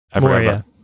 Moria